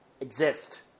exist